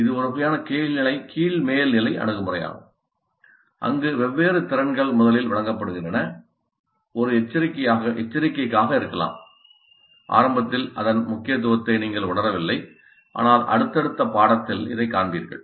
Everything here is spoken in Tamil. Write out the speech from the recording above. இது ஒரு வகையான கீழ் மேல் நிலை அணுகுமுறையாகும் அங்கு வெவ்வேறு திறன்கள் முதலில் வழங்கப்படுகின்றன ஒரு எச்சரிக்கைக்காக இருக்கலாம் ஆரம்பத்தில் அதன் முக்கியத்துவத்தை நீங்கள் உணரவில்லை ஆனால் அடுத்தடுத்த பாடத்தில் இதைக் காண்பீர்கள்